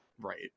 Right